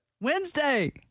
Wednesday